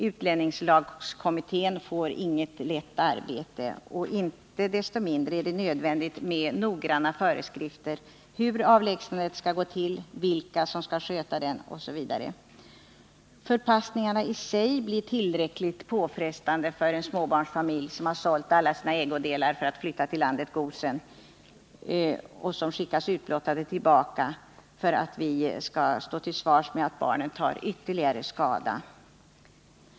Utlänningslagkommittén får inget lätt arbete. Inte desto mindre är det nödvändigt med noggranna föreskrifter om hur avlägsnandet skall gå till, vilka som skall sköta det osv. Förpassningen i sig blir så påfrestande för en småbarsfamilj, som har sålt alla sina ägodelar för att flytta till landet Gosen och som skickas utblottad tillbaka, att vi inte kan stå till svars med att barnen tar ytterligare skada.